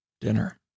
dinner